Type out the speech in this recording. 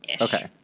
okay